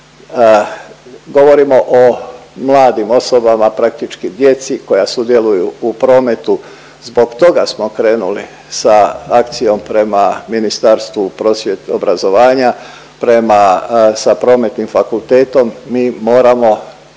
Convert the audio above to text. Govorimo o mladim osobama, praktički djeci koja sudjeluju u prometu. Zbog toga smo krenuli sa akcijom prema Ministarstvu prosvjete, obrazovanja, prema sa Prometnim fakultetom,